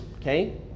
okay